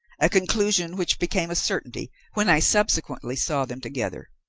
a conclusion which became a certainty when i subsequently saw them together.